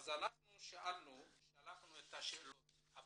אנחנו שלחנו את השאלות הבאות: